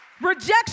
Rejection